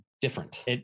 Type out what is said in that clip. different